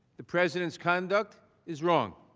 the presence conduct is wrong,